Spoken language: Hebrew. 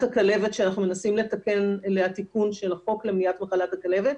הכלבת שאנחנו מנסים לתקן אליה תיקון של החוק למניעת מחלת הכלבת.